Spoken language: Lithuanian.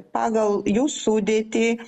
pagal jų sudėtį